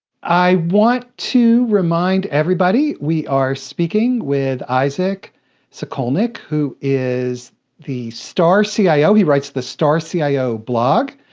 i want to remind everybody, we are speaking with isaac sacolick, who is the starcio. he writes the starcio blog.